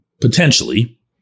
potentially